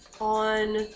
On